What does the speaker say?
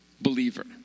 believer